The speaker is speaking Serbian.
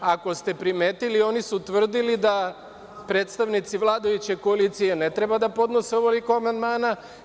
Ako ste primetili, oni su tvrdili da predstavnici vladajuće koalicije ne treba da podnose ovoliko amandmana.